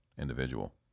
individual